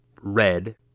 Red